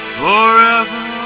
forever